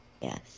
Yes